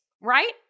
right